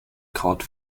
kraut